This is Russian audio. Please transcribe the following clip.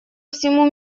всему